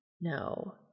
No